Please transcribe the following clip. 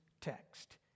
text